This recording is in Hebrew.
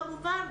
כמובן,